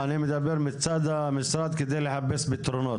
אני מדבר מצד המשרד על מנת לחפש פתרונות,